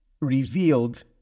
revealed